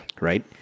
Right